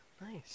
Nice